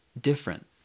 different